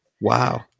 Wow